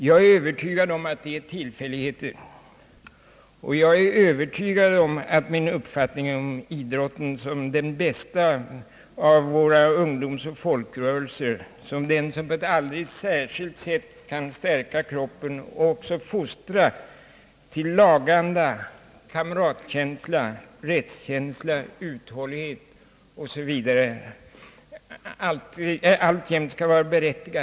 Jag är övertygad om att detta beror på tillfälligheter, och jag är övertygad om att min uppfattning om idrotten såsom den bästa av våra ungdomsoch folkrörelser, såsom den som på ett alldeles särskilt sätt skall stärka kroppen och även fostra till laganda, kamratkänsla, rättskänsla och uthållighet, alltjämt skall vara berättigad.